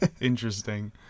Interesting